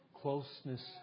closeness